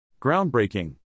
Groundbreaking